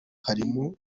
harimo